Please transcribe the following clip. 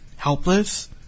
helpless